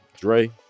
dre